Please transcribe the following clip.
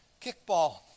kickball